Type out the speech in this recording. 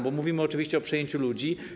Bo mówimy oczywiście o przejęciu ludzi.